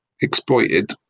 exploited